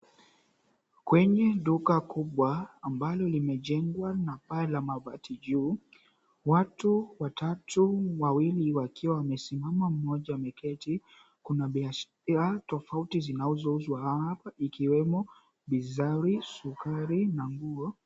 Kwenye duka kubwa ambalo limejengwa na paa la mabati juu, watu watatu wawili wakiwa wamesimama mmoja ameketi kuna biashara tofauti zinazouzwa hapa ikiwemo pishori, sukari na nguo.